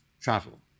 travel